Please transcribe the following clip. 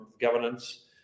governance